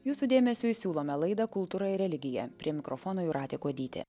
jūsų dėmesiui siūlome laidą kultūra ir religija prie mikrofono jūratė kuodytė